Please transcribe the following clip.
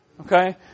Okay